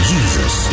Jesus